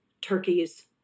turkeys